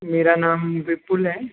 मेरा नाम विपुल है